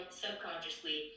subconsciously